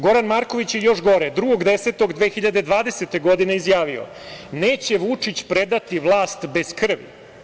Goran Marković je, još gore, 2. 10. 2020. godine izjavio: "Neće Vučić predati vlast bez krvi"